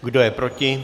Kdo je proti?